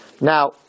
Now